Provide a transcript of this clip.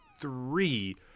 three